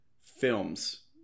films